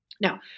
Now